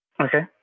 Okay